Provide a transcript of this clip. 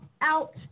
out